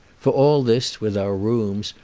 for all this, with our rooms,